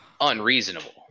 unreasonable